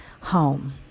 Home